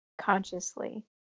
consciously